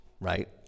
right